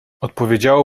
odpowiedziało